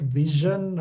vision